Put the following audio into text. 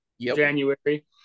january